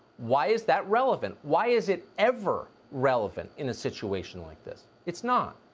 why is that relevant? why is it ever relevant in a situation like this? it's not.